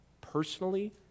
personally